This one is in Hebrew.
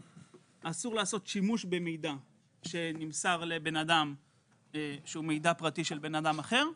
אסור לעשות שימוש במידע שנמסר לבן אדם שהוא מידע פרטי של בן אדם אחר.